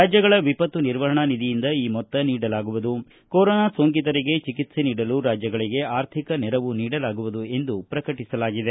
ರಾಜ್ಯಗಳ ವಿಪತ್ತು ನಿರ್ವಹಣಾ ನಿಧಿಯಿಂದ ಈ ಮೊತ್ತ ನೀಡಲಾಗುವುದು ಕೊರೊನಾ ಸೋಂಕಿತರಿಗೆ ಚಿಕಿತ್ಸೆ ನೀಡಲು ರಾಜ್ಯಗಳಿಗೆ ಆರ್ಥಿಕ ನೆರವು ನೀಡಲಾಗುವುದು ಎಂದು ಪ್ರಕಟಿಸಲಾಗಿದೆ